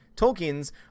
Tolkien's